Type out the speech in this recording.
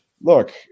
look